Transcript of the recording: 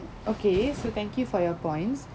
okay so thank you for your points